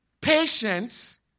Patience